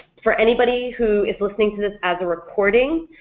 for anybody who is listening to this as a recording,